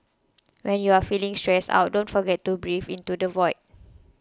when you are feeling stressed out don't forget to breathe into the void